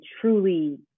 truly